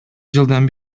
жылдан